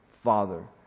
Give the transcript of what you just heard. father